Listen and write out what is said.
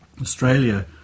Australia